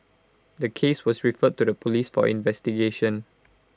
the case was referred to the Police for investigation